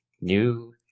new